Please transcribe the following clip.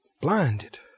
Blinded